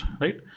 right